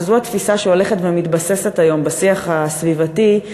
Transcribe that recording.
וזו התפיסה שהולכת ומתבססת היום בשיח הסביבתי,